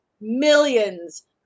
millions